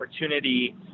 opportunity